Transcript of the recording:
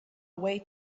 away